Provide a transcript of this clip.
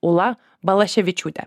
ūla balaševičiūte